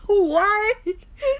why